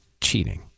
cheating